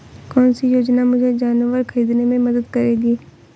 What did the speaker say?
कौन सी योजना मुझे जानवर ख़रीदने में मदद करेगी?